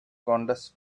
contests